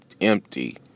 empty